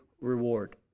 reward